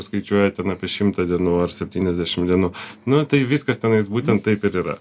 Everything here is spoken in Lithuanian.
skaičiuoja ten apie šimtą dienų ar septyniasdešim dienų nu tai viskas tenais būtent taip ir yra